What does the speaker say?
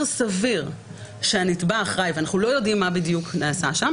סביר שהנתבע אחראי - ואנחנו לא יודעים מה בדיוק נעשה שם